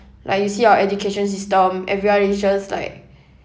like you see our education system everyone really just like